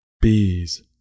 Bees